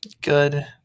good